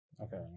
Okay